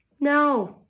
No